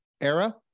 era